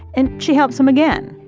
and she helps him again.